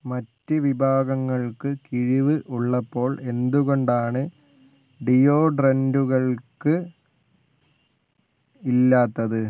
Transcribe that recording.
മറ്റ് വിഭാഗങ്ങൾക്ക് കിഴിവ് ഉള്ളപ്പോൾ എന്തുകൊണ്ടാണ് ഡിയോഡ്രൻറുകൾക്ക് ഇല്ലാത്തത്